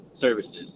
services